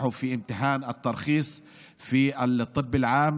אשר הצליחו במבחן הרישוי ברפואה הכללית,